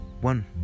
one